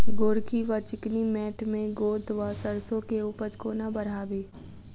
गोरकी वा चिकनी मैंट मे गोट वा सैरसो केँ उपज कोना बढ़ाबी?